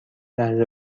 لحظه